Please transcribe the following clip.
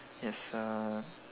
yes uh